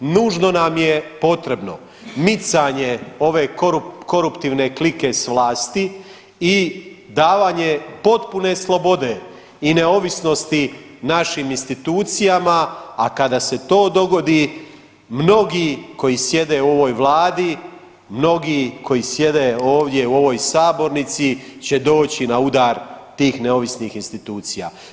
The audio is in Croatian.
Nužno nam je potrebno micanje ove koruptivne klike s vlasti i davanje potpune slobode i neovisnosti našim institucijama, a kada se to dogodi mnogi koji sjede u ovoj vladi, mnogi koji sjede ovdje u ovoj sabornici će doći na udar tih neovisnih institucija.